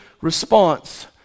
response